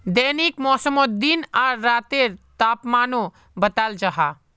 दैनिक मौसमोत दिन आर रातेर तापमानो बताल जाहा